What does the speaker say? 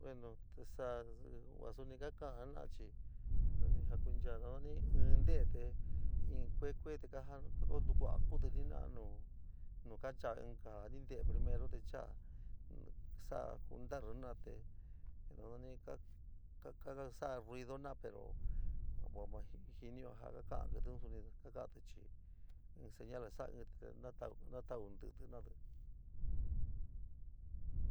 Bueno tisáá va soni kaka´a jena´achi ni jakunchaa í ntete te in kue, kue te ña jantukuka kutiti ño kancha ñinka ño ñintele primero chaa soa ñiñi jenoi ñinte kaa soma soó ñeniña pero va ma ñiño ja takaa kitka somi te lukooti- chi in señal ja saa inti te na tauu ntiti jena´ate.